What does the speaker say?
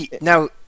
Now